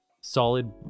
solid